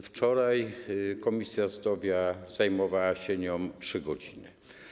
Wczoraj Komisja Zdrowia zajmowała się nią przez 3 godziny.